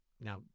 Now